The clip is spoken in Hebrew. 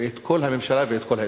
את כל הממשלה ואת כל האזרחים.